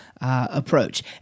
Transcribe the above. approach